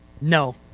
No